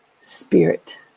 spirit